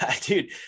dude